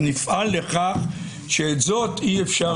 אז נפעל לכך שאת זאת יהיה אי אפשר יהיה לבצע.